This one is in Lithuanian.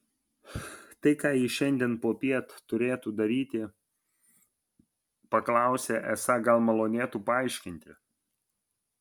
tai ką jis šiandien popiet turėtų daryti paklausė esą gal malonėtų paaiškinti